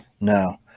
No